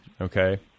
Okay